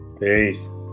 peace